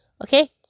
okay